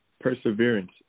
perseverance